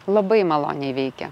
labai maloniai veikia